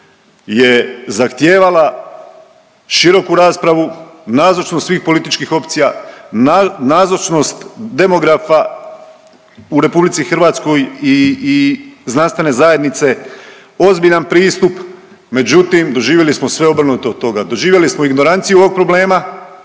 je zahtijevala široku raspravu, nazočnost svih političkih opcija, nazočnost demografa u RH i, i znanstvene zajednice, ozbiljan pristup, međutim doživjeli smo sve obrnuto od toga, doživjeli smo ignoranciju ovog problema,